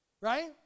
right